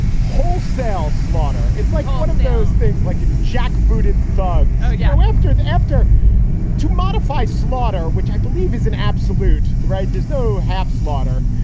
wholesale slaughter? it's like one of those things, like a jack booted thugs yeah after the after to modify slaughter, which i believe is an absolute right. there's no half slaughter,